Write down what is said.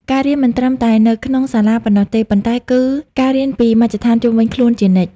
ការរៀនមិនត្រឹមតែនៅក្នុងសាលាប៉ុណ្ណោះទេ ប៉ុន្តែគឺការរៀនពីមជ្ឈដ្ឋានជុំវិញខ្លួនជានិច្ច។